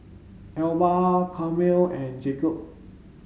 Elba Carmel and Jacob